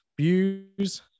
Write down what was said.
views